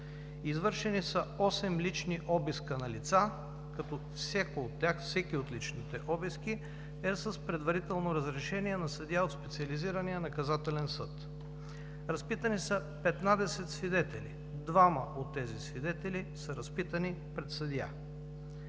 извършени са осем лични обиска на лица, като всеки от личните обиски е с предварително разрешение на съдия от Специализирания наказателен съд; разпитани са 15 свидетели – двама от тези свидетели са разпитани пред съдия;